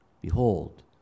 Behold